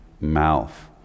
mouth